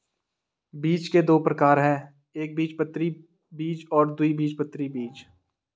बीज के दो प्रकार है एकबीजपत्री बीज और द्विबीजपत्री बीज